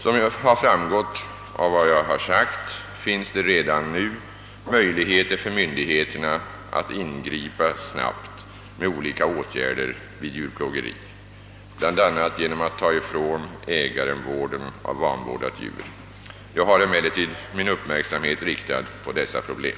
Som har framgått av vad jag har sagt finns det redan nu möjligheter för myndigheterna att snabbt ingripa med olika åtgärder vid djurplågeri, bl.a. genom att ta från ägaren vården av vanvårdat djur. Jag har emellertid min uppmärksamhet riktad på dessa problem.